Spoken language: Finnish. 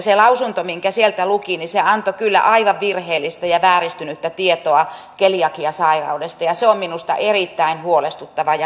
se lausunto minkä sieltä luki antoi kyllä aivan virheellistä ja vääristynyttä tietoa keliakiasairaudesta ja se on minusta erittäin huolestuttava ja huono asia